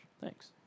Thanks